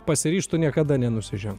pasiryžtų niekada nenusižen